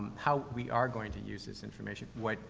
how we are going to use this information, what,